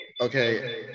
Okay